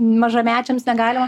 mažamečiams negalima